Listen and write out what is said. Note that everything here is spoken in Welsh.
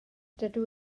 dydw